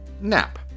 Nap